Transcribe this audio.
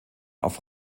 auf